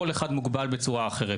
כל אחד מוגבל בצורה אחרת.